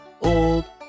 old